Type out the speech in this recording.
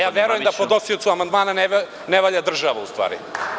Ja verujem da podnosiocu amandmana ne valja država ustvari.